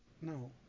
No